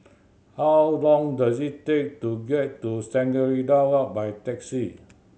how long does it take to get to Shangri La Walk by taxi